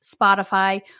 Spotify